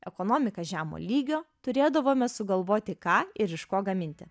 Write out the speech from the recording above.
ekonomika žemo lygio turėdavome sugalvoti ką ir iš ko gaminti